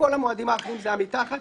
בכל המועדים האחרים זה היה מתחת,